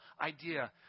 idea